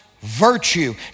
virtue